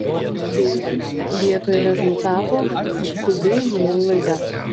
deja vietoj rezultato skubi žinių laida